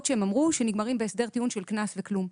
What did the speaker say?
שהם אמרו שנגמרים בהסדר טיעון של קנס וכלום.